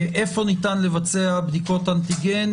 איפה ניתן לבצע בדיקות אנטיגן,